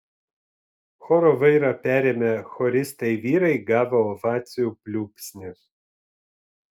choro vairą perėmę choristai vyrai gavo ovacijų pliūpsnį